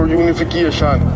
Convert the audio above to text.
unification